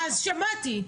אז שמעתי.